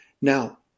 Now